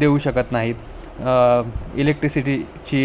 देऊ शकत नाहीत इलेक्ट्रिसिटीची